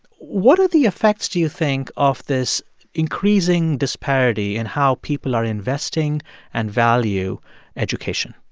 what are the effects, do you think, of this increasing disparity in how people are investing and value education?